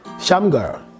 Shamgar